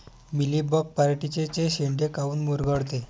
Mealybug पराटीचे चे शेंडे काऊन मुरगळते?